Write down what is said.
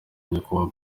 nyakubahwa